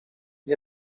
gli